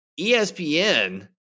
ESPN